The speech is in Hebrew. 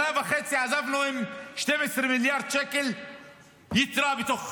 אחרי שנה וחצי עזבנו עם 12 מיליארד שקל יתרה בתוך